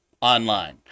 online